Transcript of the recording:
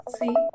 see